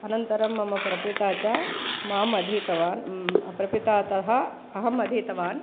अनन्तरं मम प्रपिता च माम् अधीतवान् प्रपितातः अहम् अधीतवान्